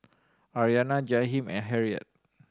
Aryanna Jahiem and Harriett